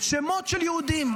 שמות של יהודים.